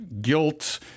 guilt